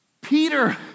Peter